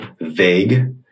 vague